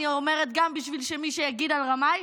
אני אומרת גם, בשביל מי שיגיד רמאי.